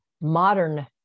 modern